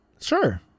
Sure